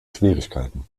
schwierigkeiten